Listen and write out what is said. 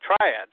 triad